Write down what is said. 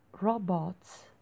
robots